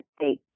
state